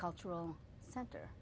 cultural center